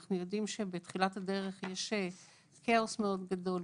אנחנו יודעים שבתחילת הדרך יש כאוס מאוד גדול,